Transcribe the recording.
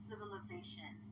civilization